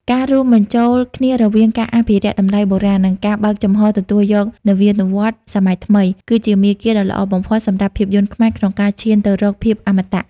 ការរួមបញ្ចូលគ្នារវាងការអភិរក្សតម្លៃបុរាណ និងការបើកចំហទទួលយកនវានុវត្តន៍សម័យថ្មី គឺជាមាគ៌ាដ៏ល្អបំផុតសម្រាប់ភាពយន្តខ្មែរក្នុងការឈានទៅរកភាពអមតៈ។